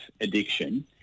addiction